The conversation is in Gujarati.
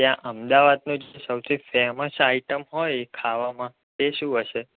ત્યાં અમદાવાદનું સ સૌથી ફેમસ આઈટમ હોય ખાવામાં એ શું હશે